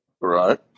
Right